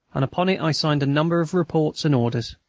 and upon it i signed a number of reports and orders.